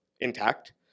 intact